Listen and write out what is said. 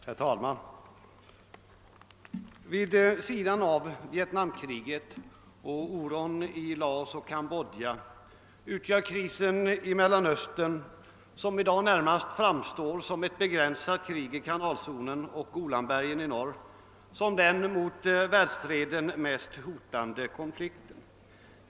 Herr talman! Vid sidan av Vietnamkriget och oron i Laos och Kambodja utgör krisen i Mellanöstern, som i dag närmast framstår som ett begränsat krig i kanalzonen och Golanbergen i norr, som den för världsfreden mest hotande konflikten.